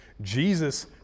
Jesus